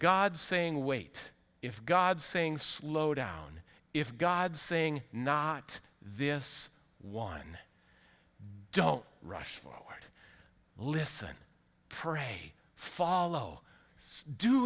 god saying wait if god saying slow down if god saying not this one don't rush forward listen for hey follow do